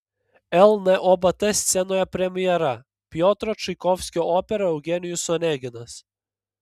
lnobt scenoje premjera piotro čaikovskio opera eugenijus oneginas